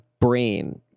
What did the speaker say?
brain